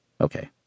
Okay